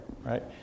right